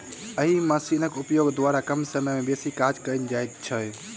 एहि मशीनक उपयोग द्वारा कम समय मे बेसी काज कयल जाइत छै